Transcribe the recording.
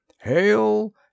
Hail